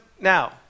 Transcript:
Now